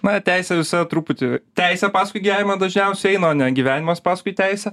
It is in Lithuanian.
na teisė visa truputį teisė paskui gyvenimą dažniausiai eina o ne gyvenimas paskui teisę